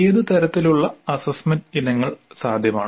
ഏത് തരത്തിലുള്ള അസ്സസ്സ്മെന്റ് ഇനങ്ങൾ സാധ്യമാണ്